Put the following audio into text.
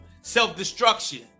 self-destruction